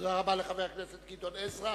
תודה רבה לחבר הכנסת גדעון עזרא.